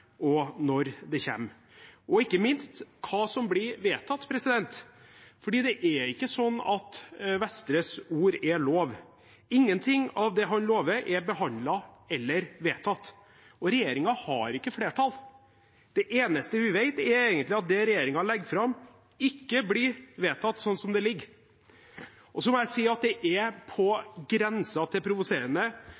kommer, når det kommer, og ikke minst hva som blir vedtatt. Det er ikke slik at statsråd Vestres ord er lov. Ingenting av det han lover, er behandlet eller vedtatt, og regjeringen har ikke flertall. Det eneste vi vet, er egentlig at det regjeringen legger fram, ikke blir vedtatt slik som det foreligger. Så må jeg si at det er på